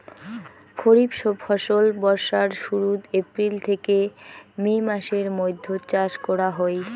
খরিফ ফসল বর্ষার শুরুত, এপ্রিল থেকে মে মাসের মৈধ্যত চাষ করা হই